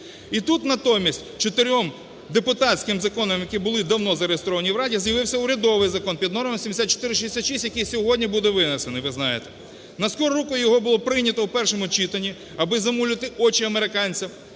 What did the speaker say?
І тут натомість чотирьом депутатським законам, які були давно зареєстровані в Раді, з'явився урядовий закон під номером 7466, який сьогодні буде винесений, ви знаєте. На скору руку його було прийнято в першому читанні, аби замуляти очі американцям,